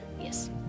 Yes